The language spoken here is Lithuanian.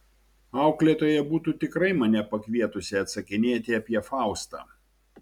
auklėtoja būtų tikrai mane pakvietusi atsakinėti apie faustą